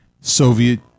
Soviet